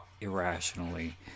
irrationally